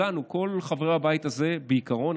כל חברי הבית הזה בעיקרון,